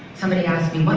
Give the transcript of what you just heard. somebody asked me, what